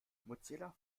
mozilla